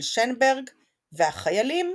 של שנברג ו"החיילים"